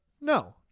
No